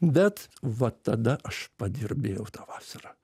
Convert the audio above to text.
bet va tada aš padirbėjau tą vasarą